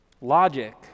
logic